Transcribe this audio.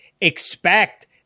expect